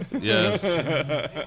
Yes